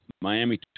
Miami